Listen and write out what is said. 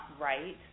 right